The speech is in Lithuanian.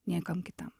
niekam kitam